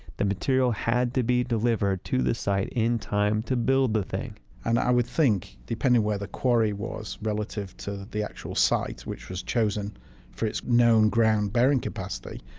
the material had to be delivered to the site in time to build the thing and i would think, depending on where the quarry was relative to the the actual site, which was chosen for its known ground-bearing capacity,